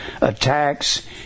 attacks